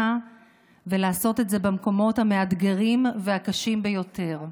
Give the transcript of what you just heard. ולעשות את זה במקומות המאתגרים והקשים ביותר?